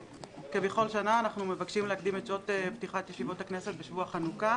כבכל שנה אנחנו מבקשים להקדים את שעות פתיחת ישיבות הכנסת בשבוע החנוכה.